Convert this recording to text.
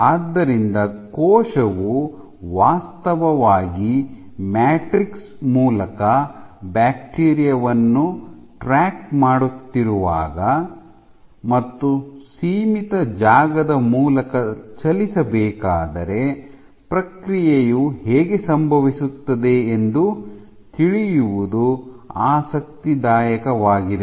ಆದ್ದರಿಂದ ಕೋಶವು ವಾಸ್ತವವಾಗಿ ಮ್ಯಾಟ್ರಿಕ್ಸ್ ಮೂಲಕ ಬ್ಯಾಕ್ಟೀರಿಯಾ ವನ್ನು ಟ್ರ್ಯಾಕ್ ಮಾಡುತ್ತಿರುವಾಗ ಮತ್ತು ಸೀಮಿತ ಜಾಗದ ಮೂಲಕ ಚಲಿಸಬೇಕಾದರೆ ಪ್ರಕ್ರಿಯೆಯು ಹೇಗೆ ಸಂಭವಿಸುತ್ತದೆ ಎಂದು ತಿಳಿಯುವುದು ಆಸಕ್ತಿದಾಯಕವಾಗಿದೆ